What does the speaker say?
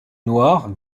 noir